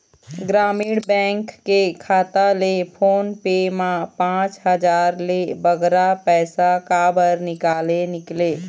ग्रामीण बैंक के खाता ले फोन पे मा पांच हजार ले बगरा पैसा काबर निकाले निकले?